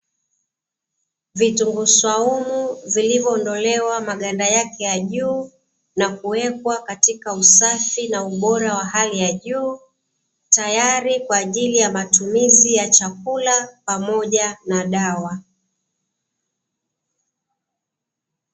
Vitunguu swaumu vilivyoondolewa maganda yake ya juu, na kuwekwa katika usafi na ubora wa hali ya juu. Tayari kwa ajili ya matumizi ya chakula, pamoja na dawa.